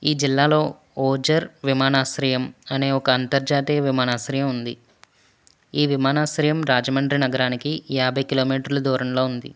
ఈ జిల్లాలో ఓచర్ విమానాశ్రయం అనే ఒక అంతర్జాతీయ విమానాశ్రయం ఉంది ఈ విమానాశ్రయం రాజమండ్రి నగరానికి యాభై కిలోమీటర్ల దూరంలో ఉంది